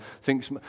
thinks